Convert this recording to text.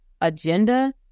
agenda